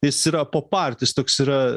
jis yra pop art jis toks yra